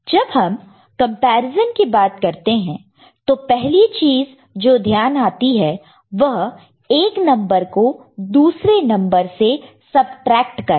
जब हम कॅम्पैरिसॅन की बात करते हैं तो पहली चीज जो ध्यान आती है वह एक नंबर को दूसरे नंबर से सबट्रैक्ट करना